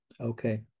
okay